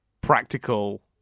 practical